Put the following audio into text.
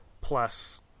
plus